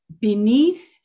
beneath